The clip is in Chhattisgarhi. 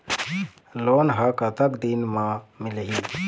लोन ह कतक दिन मा मिलही?